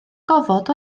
gofod